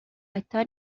estar